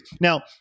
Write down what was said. Now